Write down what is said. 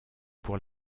pour